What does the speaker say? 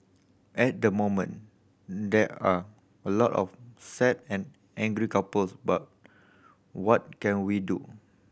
at the moment there are a lot of sad and angry couples but what can we do